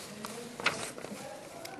עשרה בעד, אין